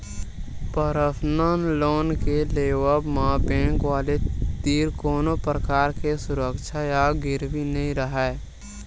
personal loan के लेवब म बेंक वाले तीर कोनो परकार के सुरक्छा या गिरवी नइ राहय